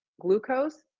glucose